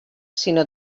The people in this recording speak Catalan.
sinó